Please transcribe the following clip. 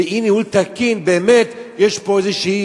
עליו כניהול לא תקין באמת יש פה איזה,